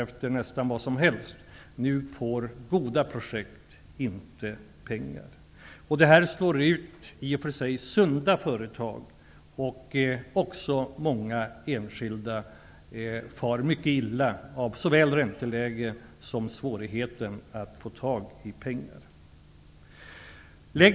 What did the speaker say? Tidigare kastades pengar efter nästan vilket projekt som helst. Det här förhållandet slår ut i och för sig sunda företag. Även många enskilda personer far mycket illa av såväl ränteläget som svårigheten att få tag i pengar.